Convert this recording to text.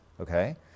Okay